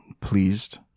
pleased